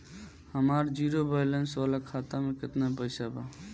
हमार zero balance वाला खाता में केतना पईसा बा?